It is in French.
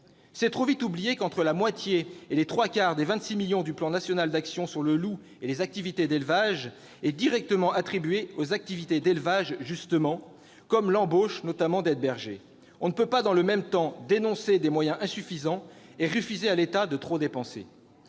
C'est trop vite oublier qu'entre la moitié et les trois quarts des 26 millions d'euros du plan national d'actions 2018-2023 sur le loup et les activités d'élevage sont directement attribués aux activités d'élevage comme l'embauche, notamment d'aides-bergers. On ne peut pas, dans le même temps, dénoncer des moyens insuffisants et reprocher à l'État de trop dépenser.